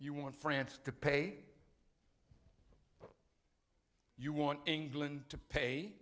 you want france to pay you want england to pay